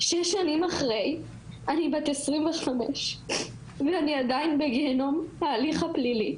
שש שנים אחרי אני בת 25 ואני עדיין בגיהינום מההליך הפלילי.